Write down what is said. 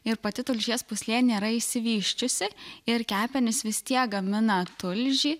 ir pati tulžies pūslė nėra išsivysčiusi ir kepenys vis tiek gamina tulžį